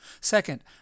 Second